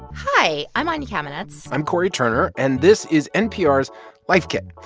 hi. i'm anya kamenetz i'm cory turner. and this is npr's life kit.